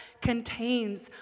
contains